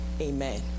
amen